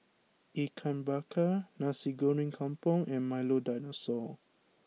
Ikan Bakar Nasi Goreng Kampung and Milo Dinosaur